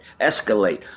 escalate